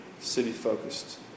city-focused